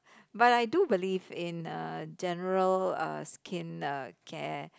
but I do believe in uh general uh skin uh care